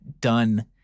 done